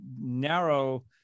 narrow